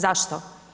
Zašto?